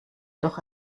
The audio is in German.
doch